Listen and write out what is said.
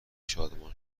شادمان